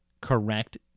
correct